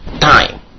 time